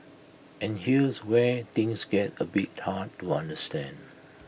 and here's where things get A bit hard to understand